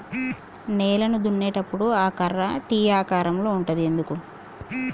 నేలను దున్నేటప్పుడు ఆ కర్ర టీ ఆకారం లో ఉంటది ఎందుకు?